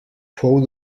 fou